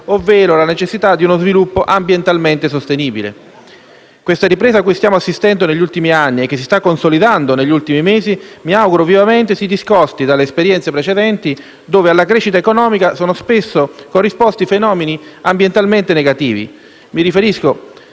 ovvero la necessità di uno sviluppo ambientalmente sostenibile. Mi auguro vivamente che la ripresa a cui stiamo assistendo negli ultimi anni e che si sta consolidando negli ultimi mesi si discosti dalle esperienze precedenti, nelle quali, alla crescita economica, sono spesso corrisposti fenomeni ambientalmente negativi. Mi riferisco,